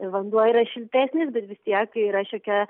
vanduo yra šiltesnis bet vis tiek yra šiokia